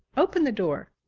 open the door.